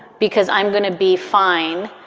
because i'm going to be fine.